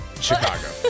chicago